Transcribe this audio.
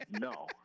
no